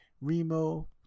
Remo